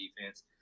defense